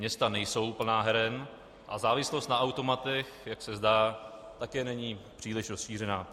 Města nejsou plná heren a závislost na automatech, jak se zdá, také není příliš rozšířená.